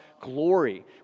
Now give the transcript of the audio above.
glory